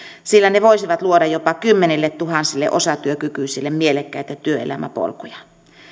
sillä ne voisivat luoda jopa kymmenilletuhansille osatyökykyisille mielekkäitä työelämäpolkuja